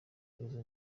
izo